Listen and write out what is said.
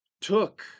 took